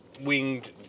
winged